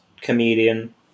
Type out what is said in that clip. comedian